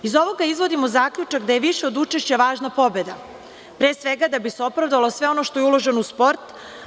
Iz ovoga izvodimo zaključak da je više od učešća važna pobeda, pre svega da bi se opravdalo sve ono što je uloženo u sport.